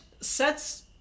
sets